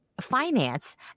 finance